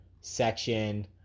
section